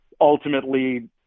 Ultimately